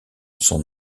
son